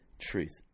truth